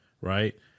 right